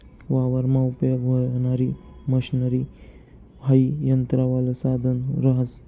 वावरमा उपयेग व्हणारी मशनरी हाई यंत्रवालं साधन रहास